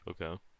Okay